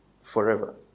forever